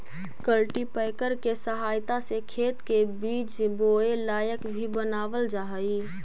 cultipacker के सहायता से खेत के बीज बोए लायक भी बनावल जा हई